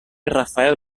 rafael